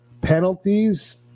penalties